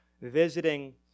visiting